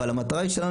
אבל המטרה שלנו